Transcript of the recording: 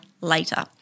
later